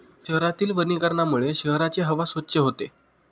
शहरातील वनीकरणामुळे शहराची हवा स्वच्छ होते